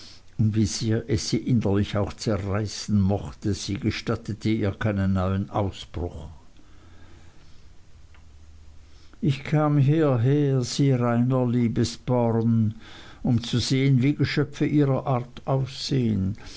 wie sehr es sie innerlich auch zerreißen mochte sie gestattete ihr keinen neuen ausbruch ich kam hierher sie reiner liebesborn um zu sehen wie geschöpfe ihrer art aussehen